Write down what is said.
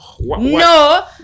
No